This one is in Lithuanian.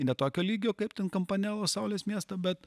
ne tokio lygio kaip ten kampanelos saulės miestą bet